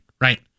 right